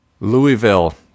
Louisville